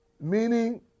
Meaning